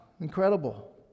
Incredible